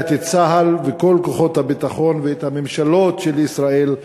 את צה"ל וכל כוחות הביטחון ואת הממשלות של ישראל,